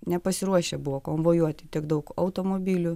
nepasiruošę buvo konvojuoti tiek daug automobilių